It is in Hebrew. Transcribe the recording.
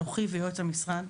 אנוכי ויועץ המשרד